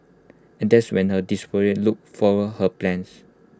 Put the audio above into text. and that's when her look foiled her plans